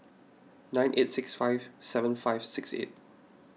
nine eight six five seven five six eight